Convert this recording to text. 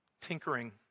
tinkering